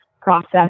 process